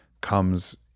comes